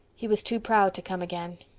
he was too proud to come again.